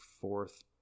fourth